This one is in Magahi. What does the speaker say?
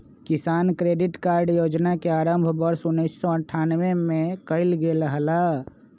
किसान क्रेडिट कार्ड योजना के आरंभ वर्ष उन्नीसौ अठ्ठान्नबे में कइल गैले हल